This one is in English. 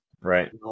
Right